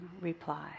reply